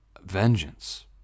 Vengeance